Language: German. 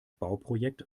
bauprojekt